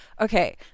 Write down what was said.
Okay